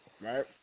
Right